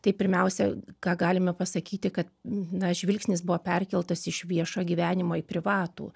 tai pirmiausia ką galime pasakyti kad na žvilgsnis buvo perkeltas iš viešojo gyvenimo į privatų